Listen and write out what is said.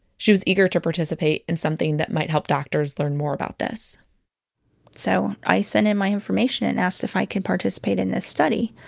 she was eager to participate in something that might help doctors learn more about this so i sent in my information and asked if i could participate in this study.